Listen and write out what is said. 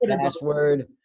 password